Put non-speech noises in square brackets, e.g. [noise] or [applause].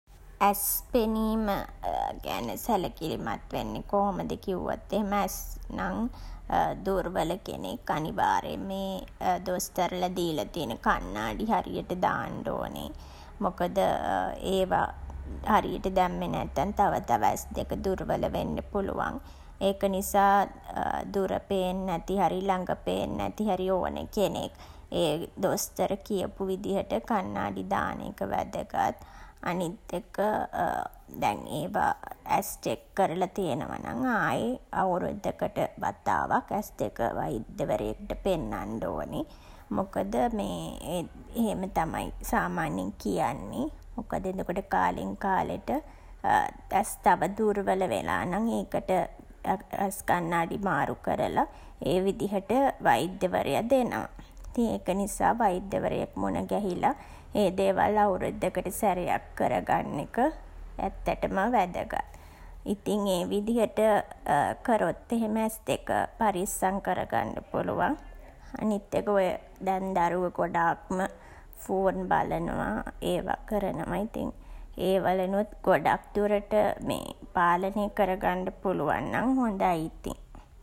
ඇස් පෙනීම [hesitation] ගැන සැලකිලිමත් වෙන්නේ කොහොමද කිව්වොත් එහෙම ඇස් නම් දුර්වල කෙනෙක් අනිවාර්යෙන්ම ඒ දොස්තරලා දීලා තියන කණ්නාඩි හරියට දාන්ඩ ඕනේ. මොකද [hesitation] ඒවා හරියට දැම්මේ නැත්තන් තව තව ඇස් දෙක දුර්වල වෙන්ඩ පුළුවන්. ඒක නිසා [hesitation] දුර පේන්නැති හරි ළඟ පේන්නැති හරි ඕන කෙනෙක් ඒ දොස්තර කියපු විදිහට කණ්නාඩි දාන එක වැදගත්. අනිත් එක [hesitation] දැන් ඒවා ඇස් චෙක් කරලා තියනවා නම් ආයේ අවුරුද්දකට වතාවක් ඇස් දෙක වෛද්‍යවරයෙක්ට පෙන්නන්ඩ ඕනේ. මොකද මේ [hesitation] එහෙම තමයි සාමාන්‍යයෙන් කියන්නේ. මොකද එතකොට කාලෙන් කාලෙට [hesitation] ඇස් තව දුර්වල වෙලා නම් ඒකට [hesitation] ඇස් කණ්නාඩි මාරු කරලා ඒ විදිහට වෛද්‍යවරයා දෙනවා. ඉතින් ඒක නිසා වෛද්‍යවරයෙක් මුණ ගැහිලා ඒ දේවල් අවුරුද්දකට සැරයක් කරගන්න එක ඇත්තටම වැදගත්. ඉතින් ඒ විදිහට [hesitation] කරොත් එහෙම ඇස් දෙක පරිස්සම් කරගන්ඩ පුළුවන්. අනිත් එක ඔය දැන් දරුවෝ ගොඩාක්ම ෆෝන් බලනවා. ඒවා කරනවා ඉතින්. ඒවලිනුත් ගොඩක් දුරට [hesitation] පාලනය කරගන්ඩ පුළුවන් නම් හොඳයි ඉතින්.